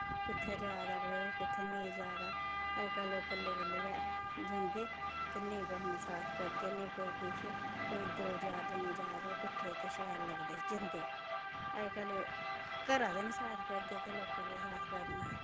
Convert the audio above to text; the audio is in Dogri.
कुत्थै जा दा कोई कुत्थै नेंई जा दा अजकल लोग कल्ले कल्ले गै जंदे ते नेंई कुसै नै साथ करदे नेईं कोई किश कोई दो चार जने जा दे होऐ किट्ठे ते शैल लगदे जंदे अजकल घरा दा नी साथ करदे ते लोकें केह् साथ करना